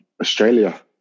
Australia